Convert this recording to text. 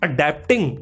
Adapting